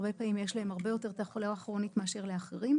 הרבה פעמים יש להם הרבה יותר תחלואה כרונית מאשר לאחרים.